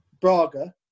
Braga